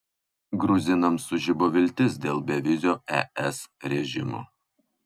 gruzinams sužibo viltis dėl bevizio es režimo